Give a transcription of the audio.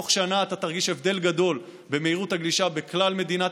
אני מניח שבתוך שנה תרגיש הבדל גדול במהירות הגלישה בכל מדינת